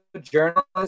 journalists